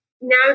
now